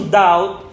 doubt